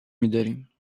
میداریم